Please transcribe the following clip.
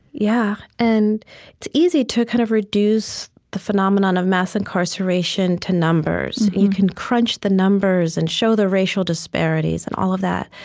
yeah and it's easy to kind of reduce the phenomenon of mass incarceration to numbers. you can crunch the numbers and show the racial disparities and all of that,